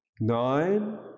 Nine